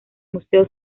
museo